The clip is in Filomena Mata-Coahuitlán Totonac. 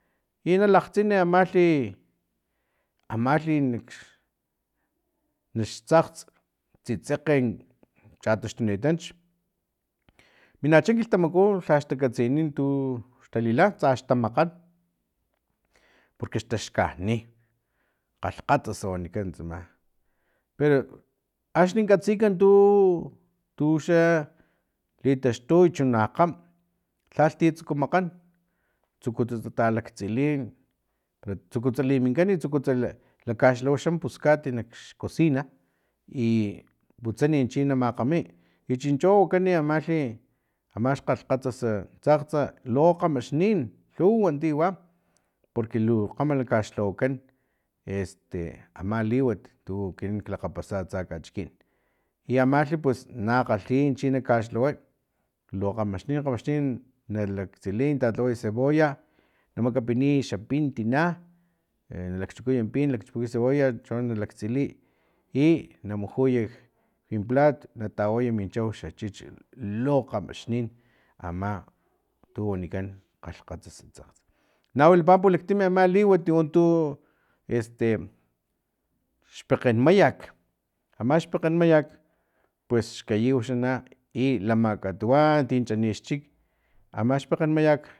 I nalakgtsin amalhi xtsakgts tsitsekge chataxtunitanch minacha kilhtamaku lhax takatsini tux talila tsaxtamakgan porque xtaxkani kgalhkgatsas wanikan tsama pero axni katsika tu tuxa litaxtu chu na kgam lhalhti tsuku makgan tsukutsu talaktsili tsukutsu liminkan tsukutsu lakaxlhawa xan puskat nakx cosina i putsani chi na makgami i chincho wakan amalhi ama xkgalhkgatsas tsakgtsa lo kgamaxnin luwa tiwa porque lu kgama na kaxlhawakan este ama liwat tu ekinan lakgapasa atsa kachikin i amalhi na kgalhi china kaxlhaway lo kgamaxnin kgamaxnin na laktsiliy na talhaway cebolla na makapiniy xa pin tina e lakchukuy pin lakchukuy cebolla cho na laktsiliy i na mujuy nak plat nata waya min chau xa chichi lo kgamaxnin ama tu wanikan kgalhkgatsasa tsakgts na wilapa pulaktim liwat untu este xpekgen mayak ama xpegken mayak pues xkayiw xai lama katuwan o tin chani xchik ama xpekgen mayak